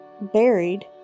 buried